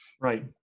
Right